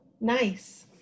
nice